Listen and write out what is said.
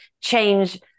change